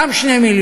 שם 2 מיליון,